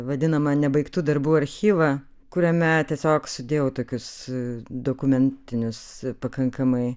vadinamą nebaigtų darbų archyvą kuriame tiesiog sudėjau tokius dokumentinius pakankamai